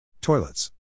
Toilets